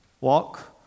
walk